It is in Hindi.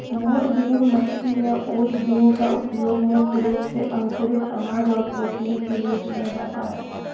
मोठ बीन, मटकी या ओस बीन का उपयोग मुख्य रूप से अंकुरित अनाज और प्रोटीन के लिए किया जाता है